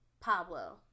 Pablo